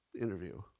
interview